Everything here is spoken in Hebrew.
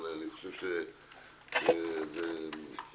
אבל אני חושב שזה ניצול